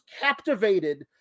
captivated